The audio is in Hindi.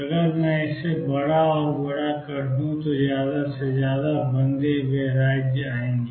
अगर मैं इसे बड़ा और बड़ा कर दूं तो ज्यादा से ज्यादा बंधे हुए राज्य आएंगे